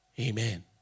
Amen